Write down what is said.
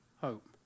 hope